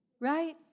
Right